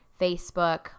Facebook